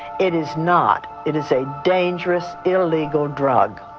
it is not. it is a dangerous, illegal drug.